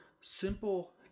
simple